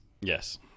Yes